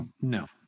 No